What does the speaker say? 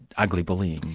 ugly bullying.